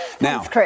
Now